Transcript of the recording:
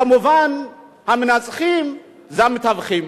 כמובן, המנסחים זה המתווכים.